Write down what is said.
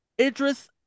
Idris